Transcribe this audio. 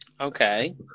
okay